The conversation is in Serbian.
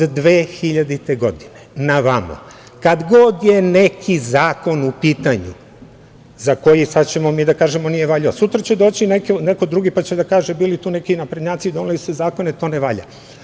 Od 2000. godine na ovamo kada god je neki zakon u pitanju za koji sada ćemo mi kažemo - nije valjao, sutra će doći neko drugi pa će da kaže – bili tu neki naprednjaci, doneli su zakone, to ne valja.